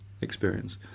experience